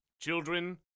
Children